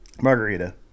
margarita